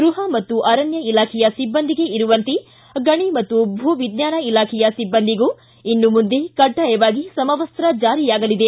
ಗೃಹ ಮತ್ತು ಅರಣ್ಯ ಇಲಾಖೆಯ ಸಿಬ್ಬಂದಿಗೆ ಇರುವಂತೆ ಗಣಿ ಹಾಗೂ ಭೂ ವಿಜ್ಞಾನ ಇಲಾಖೆ ಸಿಬ್ಬಂದಿಗೂ ಇನ್ನು ಮುಂದೆ ಕಡ್ಡಾಯವಾಗಿ ಸಮವಸ್ತ ಜಾರಿಯಾಗಲಿದೆ